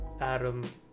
Adam